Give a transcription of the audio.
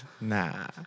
Nah